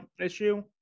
issue